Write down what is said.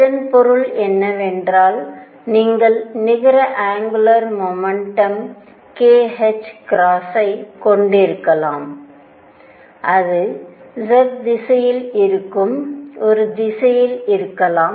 இதன் பொருள் என்னவென்றால் நீங்கள் நிகர அங்குலார் மொமெண்டம் kℏ ஐ கொண்டிருக்கலாம் அது z திசையில் இருக்கும் ஒரு திசையில் இருக்கலாம்